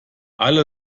alle